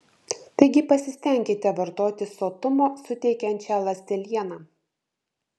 taigi pasistenkite vartoti sotumo suteikiančią ląstelieną